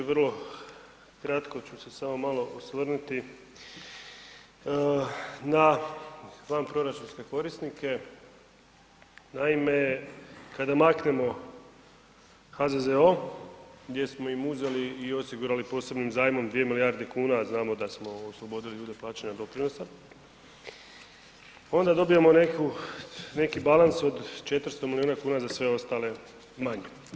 Vrlo kratko ću se samo malo osvrnuti na vanproračunske korisnike, naime kada maknemo HZZO gdje smo im uzeli i osigurali posebnim zajmom 2 milijarde kuna, a znamo da smo oslobodili ljude plaćanja doprinosa onda dobijemo neki balans od 400 miliona kuna za sve ostale manje.